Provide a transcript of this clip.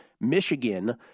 Michigan